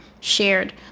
shared